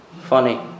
funny